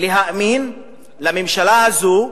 להאמין לממשלה הזו,